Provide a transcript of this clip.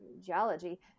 geology